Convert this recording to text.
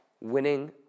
winning